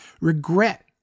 regret